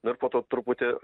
nu ir po to truputį